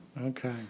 Okay